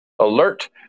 alert